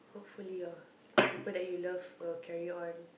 hopefully your the people that you love will carry on